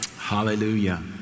Hallelujah